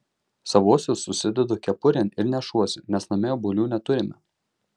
savuosius susidedu kepurėn ir nešuosi nes namie obuolių neturime